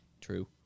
True